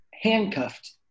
handcuffed